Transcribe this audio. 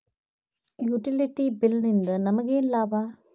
Utility bill ನಿಂದ್ ನಮಗೇನ ಲಾಭಾ?